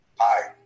Hi